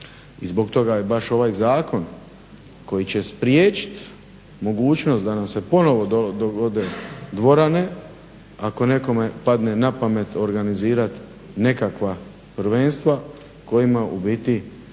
I zbog toga je baš ovaj zakon koji će spriječit mogućnost da nam se ponovno dogode dvorane, ako nekome padne na pamet organizirat nekakva prvenstva, kojima ubiti